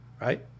right